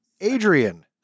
Adrian